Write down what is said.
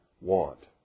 want